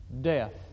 death